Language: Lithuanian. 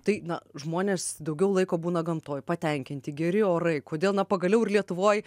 tai na žmonės daugiau laiko būna gamtoj patenkinti geri orai kodėl na pagaliau ir lietuvoj